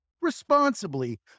responsibly